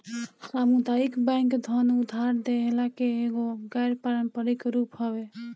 सामुदायिक बैंक धन उधार देहला के एगो गैर पारंपरिक रूप हवे